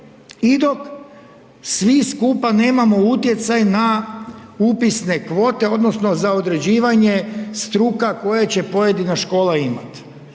i dok svi skupa nemamo utjecaj na upisne kvote odnosno za određivanje struka koje će pojedina škola imati.